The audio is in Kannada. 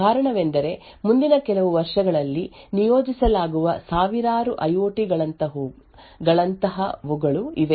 ಆದ್ದರಿಂದ ವಿಶೇಷವಾಗಿ ಅಂಚಿನ ಸಾಧನಕ್ಕೆ ದೃಢೀಕರಣವು ಐ ಓ ಟಿ ಗಾಗಿ ಬಳಸುವಂತಹ ಸಾಧನಗಳು ಬಹಳ ಮುಖ್ಯ ಕಾರಣವೆಂದರೆ ಮುಂದಿನ ಕೆಲವು ವರ್ಷಗಳಲ್ಲಿ ನಿಯೋಜಿಸಲಾಗುವ ಸಾವಿರಾರು ಐ ಓ ಟಿ ಗಳಂತಹವುಗಳು ಇವೆ